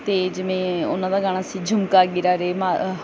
ਅਤੇ ਜਿਵੇਂ ਉਹਨਾਂ ਦਾ ਗਾਣਾ ਸੀ ਝੁਮਕਾ ਗਿਰਾ ਰੇ ਮਾ ਅ